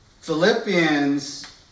Philippians